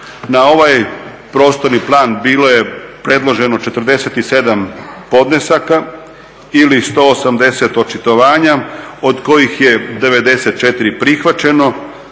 Na ovaj prostorni plan bilo je predloženo 47 podnesaka ili 180 očitovanja od kojih je 94 prihvaćeno,